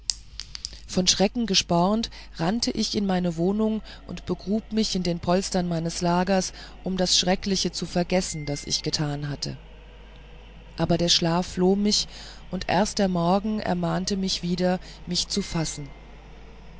von schrecken gespornt rannte ich in meine wohnung und begrub mich in die polster meines lagers um das schreckliche zu vergessen das ich getan hatte aber der schlaf floh mich und erst der morgen ermahnte mich wieder mich zu fassen